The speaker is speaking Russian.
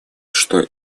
что